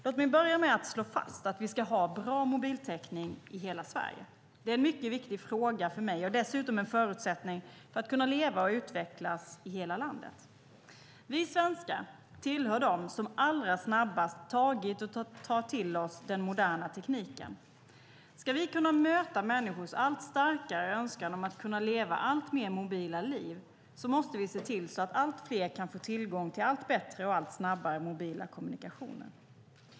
Låt mig börja med att slå fast att vi ska ha bra mobiltäckning i hela Sverige. Det är en mycket viktig fråga för mig och dessutom en förutsättning för att människor ska kunna leva och utvecklas i hela landet. Vi svenskar tillhör dem som allra snabbast har tagit och tar till oss den moderna tekniken. Ska vi kunna möta människors allt starkare önskan att kunna leva alltmer mobila liv måste vi se till att allt fler kan få tillgång till allt bättre och allt snabbare mobila kommunikationer.